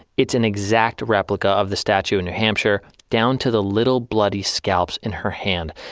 it's an exact replica of the statue in new hampshire down to the little bloody scalps in her hand.